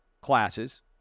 classes